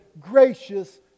gracious